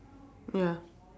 ya